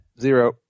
zero